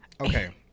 okay